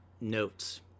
notes